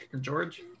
George